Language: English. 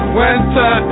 winter